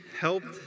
helped